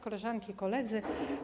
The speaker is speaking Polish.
Koleżanki i Koledzy!